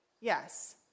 yes